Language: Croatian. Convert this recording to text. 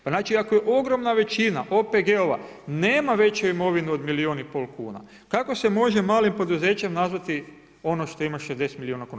Pa znači ako ogromna većina OPG-ova nema veću imovinu od milijun i pol kuna, kako se može malim poduzećem nazvati ono što ima 60 milijuna kuna?